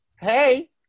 hey